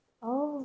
oh